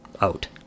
out